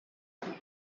شده